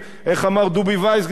איך אמר דובי וייסגלס?